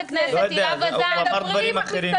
לא יודע, הוא אמר דברים אחרים.